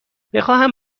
بخواهم